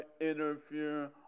interfere